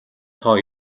тоо